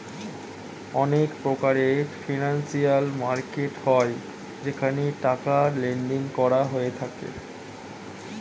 অনেক প্রকারের financial market হয় যেখানে টাকার লেনদেন করা হয়ে থাকে